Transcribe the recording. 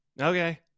okay